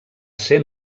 ser